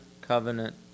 covenant